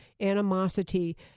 animosity